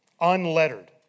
Unlettered